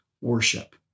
worship